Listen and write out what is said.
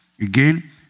again